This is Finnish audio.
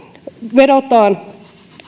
vedotaan